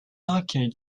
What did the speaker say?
arcade